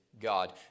God